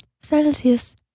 Celsius